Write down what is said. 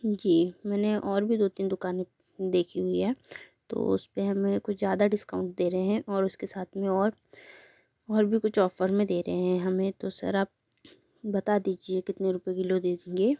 जी मैंने और भी दो तीन दुकानों देखी हुई है तो उसपे हमें कुछ ज़्यादा डिस्काउंट दे रहे हैं और उसके साथ में और और भी कुछ ऑफ़र में दे रहे हैं हमें तो सर आप बता दीजिए कितने रुपए किलो देंगे